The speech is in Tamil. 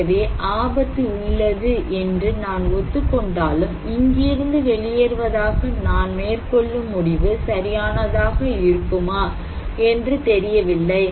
ஆகவே ஆபத்து உள்ளது என்று நான் ஒத்துக்கொண்டாலும் இங்கிருந்து வெளியேறுவதாக நான் மேற்கொள்ளும் முடிவு சரியானதாக இருக்குமா என்று தெரியவில்லை